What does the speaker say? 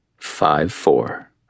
Five-four